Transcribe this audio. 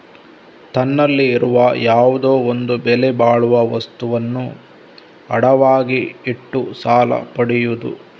ತನ್ನಲ್ಲಿ ಇರುವ ಯಾವುದೋ ಒಂದು ಬೆಲೆ ಬಾಳುವ ವಸ್ತುವನ್ನ ಅಡವಾಗಿ ಇಟ್ಟು ಸಾಲ ಪಡಿಯುದು